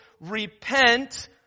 repent